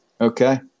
Okay